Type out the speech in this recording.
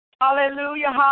hallelujah